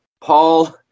Paul